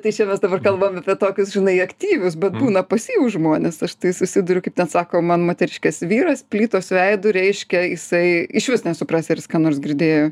tai čia mes dabar kalbam apie tokius žinai aktyvius bet būna pasyvūs žmonės aš tai susiduriu kaip ten sako man moteriškės vyras plytos veidu reiškia jisai išvis nesuprasi ar jis ką nors girdėjo